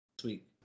Sweet